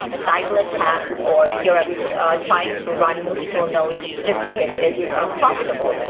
sybil attack, or p-reps trying to run multiple nodes just because it's profitable.